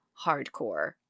hardcore